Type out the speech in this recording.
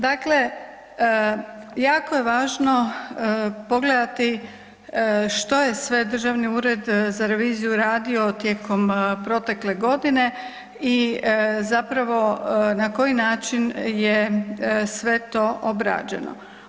Dakle, jako je važno pogledati što je sve Državni ured za reviziju radio tijekom protekle godine i zapravo na koji način je sve to obrađeno.